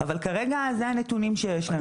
אבל כרגע זה הנתונים שיש לנו.